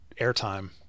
airtime